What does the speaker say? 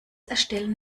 erstellen